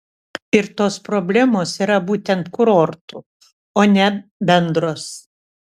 ir tos problemos yra būtent kurortų o ne bendros